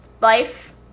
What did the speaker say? life